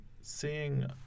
seeing